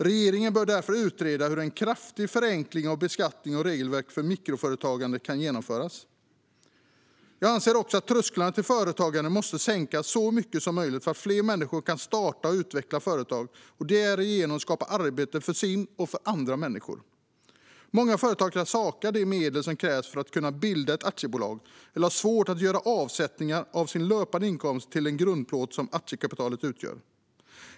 Regeringen bör därför utreda hur en kraftig förenkling av beskattning och regelverk för mikroföretagande kan genomföras. Jag anser också att trösklarna till företagande måste sänkas så mycket som möjligt så att fler människor kan starta och utveckla företag och därigenom skapa arbete för sig själva och andra. Många företagare saknar de medel som krävs för att bilda ett aktiebolag eller har svårt att göra avsättningar av sin löpande inkomst till den grundplåt som aktiekapitalet utgör.